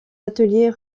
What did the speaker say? atelier